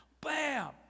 Bam